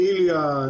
מעיליא,